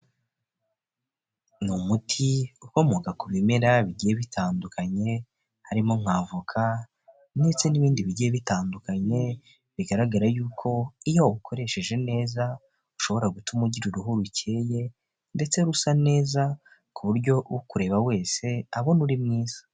Ni umuti ukomoka ku bimera bigiye bitandukanye harimo nk'avoka ndetse n'ibindi bigiye bitandukanye bigaragara y'uko iyo ukoresheje neza bishobora gutuma ugira uruhu rukeye ndetse rusa neza kuburyo ukureba wese abona uri mwiza.